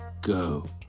go